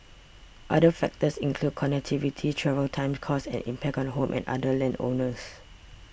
other factors include connectivity travel times costs and impact on home and other land owners